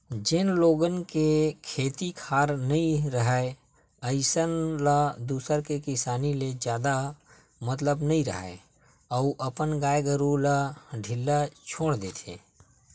जेन लोगन के खेत खार नइ राहय अइसन ल दूसर के किसानी ले जादा मतलब नइ राहय अउ अपन गाय गरूवा ल ढ़िल्ला छोर देथे